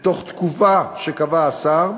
בתוך תקופה שקבע השר,